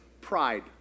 pride